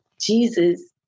Jesus